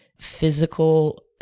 physical